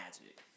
magic